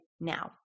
now